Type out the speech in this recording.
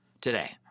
today